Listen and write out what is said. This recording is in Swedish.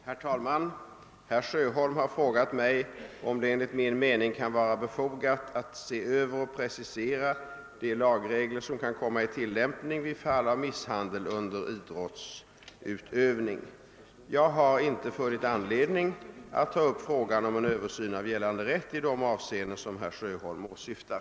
Herr talman! Herr Sjöholm har frågat mig, om det enligt min mening kan vara befogat att se över och precisera de lagregler som kan komma i tillämpning vid fall av misshandel under idrottsutövning. Jag har inte funnit anledning att ta upp frågan om en översyn av gällande rätt i de avseenden som herr Sjöholm åsyftar.